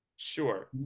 Sure